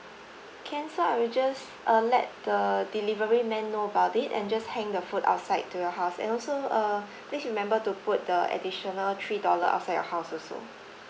can so I will uh just let the delivery man know about it and just hang the food outside to your house and also uh please remember to put the additional three dollar outside your house also